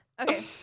Okay